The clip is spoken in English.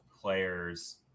players